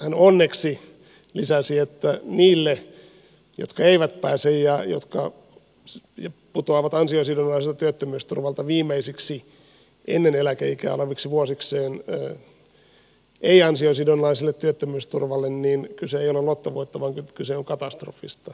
hän onneksi lisäsi että niille jotka eivät pääse ja jotka putoavat ansiosidonnaiselta työttömyysturvalta viimeisiksi ennen eläkeikää oleviksi vuosikseen ei ansiosidonnaiselle työttömyysturvalle kyse ei ole lottovoitosta vaan kyse on katastrofista